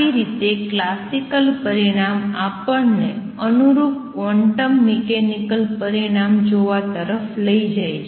આવી રીતે ક્લાસિકલ પરિણામ આપણને અનુરૂપ ક્વોન્ટમ મિકેનિકલ પરિણામ જોવા તરફ લઈ જાય છે